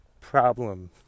problem